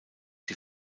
die